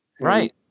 Right